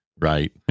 Right